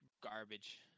garbage